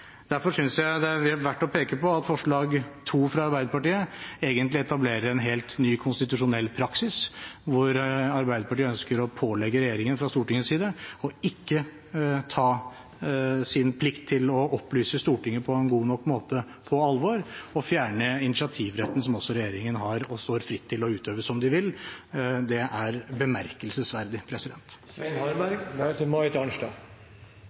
Derfor synes jeg det er verdt å peke på at forslag nr. 2, fra Arbeiderpartiet, egentlig etablerer en helt ny konstitusjonell praksis, hvor Arbeiderpartiet ønsker å pålegge regjeringen fra Stortingets side ikke å ta sin plikt til å opplyse Stortinget på en god nok måte på alvor og fjerne initiativretten, som regjeringen har og står fritt til å utøve som de vil. Det er bemerkelsesverdig.